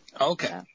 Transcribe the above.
Okay